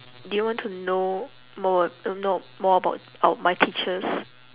do you want to know more a~ um know more about our my teachers